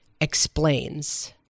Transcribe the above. Explains